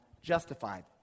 justified